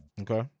Okay